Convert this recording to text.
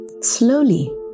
slowly